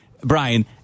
Brian